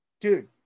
dude